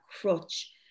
crutch